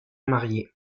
marié